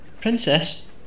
Princess